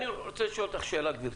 אני רוצה לשאול אותך שאלה גברתי.